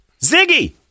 Ziggy